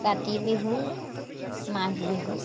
Kati Bihu Magh Bihu